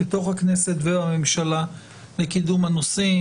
בתוך הכנסת ובממשלה לקידום הנושאים.